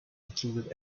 included